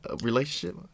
relationship